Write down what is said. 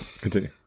Continue